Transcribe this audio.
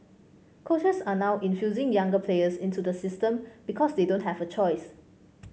coaches are now infusing younger players into the system because they don't have a choice